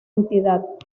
entidad